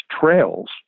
trails